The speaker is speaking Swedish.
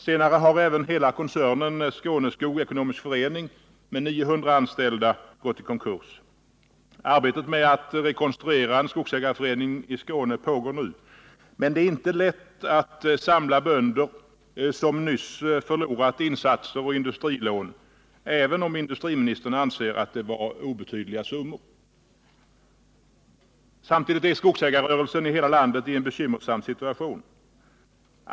Senare har även hela koncernen, Skåneskog Ekonomisk förening, med 900 anställda gått i konkurs. Arbetet med att rekonstruera en skogsägarförening i Skåne pågår nu, men det är inte lätt att samla de bönder som nyss förlorat insatser och industrilån, även om industriministern anser att det var obetydliga summor. Samtidigt är skogsägarrörelsen i hela landet i en bekymmersam situation.